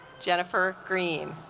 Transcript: jennifer greene